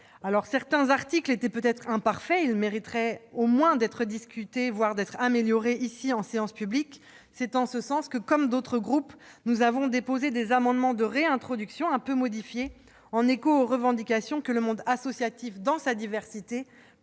locales. Certains articles étaient peut-être imparfaits. Ils mériteraient au moins d'être discutés, voire améliorés en séance publique. C'est en ce sens que, comme d'autres groupes, nous avons déposé des amendements de réintroduction des articles, certes un peu modifiés, en écho aux revendications que le monde associatif, dans sa diversité, porte